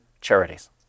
charities